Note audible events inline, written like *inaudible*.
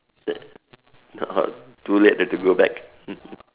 that *laughs* too late you have to go back *laughs*